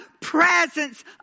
presence